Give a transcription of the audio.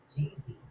Jeezy